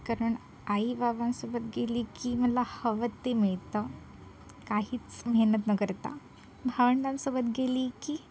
कारण आई बाबांसोबत गेली की मला हवं ते मिळतं काहीच मेहनत न करता भावंडांसोबत गेली की